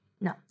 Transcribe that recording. no